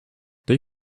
they